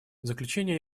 заключение